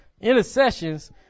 intercessions